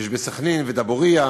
אמרו שהחוק הזה אנטי-דמוקרטי,